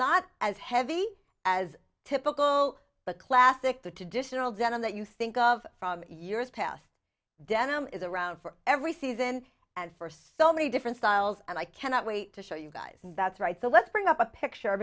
not as heavy as typical but classic the traditional denim that you think of from years past denim is around for every season and for so many different styles and i cannot wait to show you guys that's right so let's bring up a picture